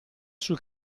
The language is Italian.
sul